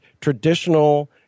traditional